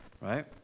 right